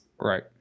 Right